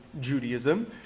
Judaism